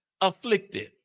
Afflicted